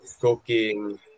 cooking